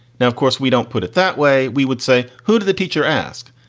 now, of course, we don't put it that way. we would say, who did the teacher ask?